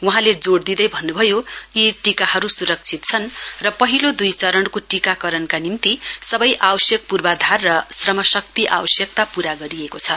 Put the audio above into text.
वहाँले जोङ दिँदै भन्न्भयो यी टीकाहरू स्रक्षित छन् र पहिलो दुई चरणको टीकाकरणको निम्ति सबै आवश्यक पूर्वाधार र श्रामशक्ति आवश्यकता पूरा गरिएको छ